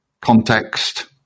context